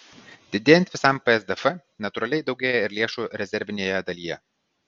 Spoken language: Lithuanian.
didėjant visam psdf natūraliai daugėja ir lėšų rezervinėje dalyje